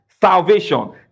salvation